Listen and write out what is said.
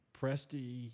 Presti